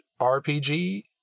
rpg